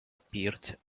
appeared